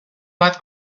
bat